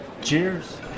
Cheers